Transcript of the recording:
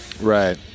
Right